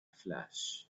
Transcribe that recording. flash